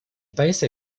paese